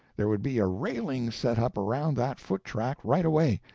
there would be a railing set up around that foot-track right away,